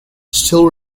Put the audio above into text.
still